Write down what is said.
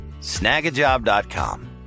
snagajob.com